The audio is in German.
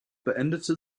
beendete